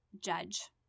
judge